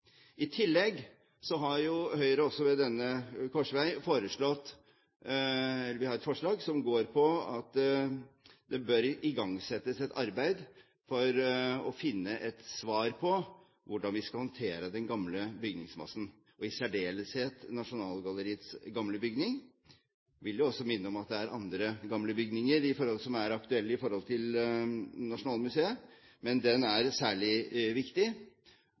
I tillegg har Høyre ved denne korsvei et forslag som går på at det bør igangsettes et arbeid for å finne et svar på hvordan vi skal håndtere den gamle bygningsmassen, og i særdeleshet Nasjonalgalleriets gamle bygning. Jeg vil også minne om at det er andre gamle bygninger som er aktuelle i forhold til Nasjonalmuseet, men den bygningen er særlig viktig.